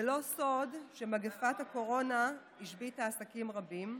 זה לא סוד שמגפת הקורונה השביתה עסקים רבים.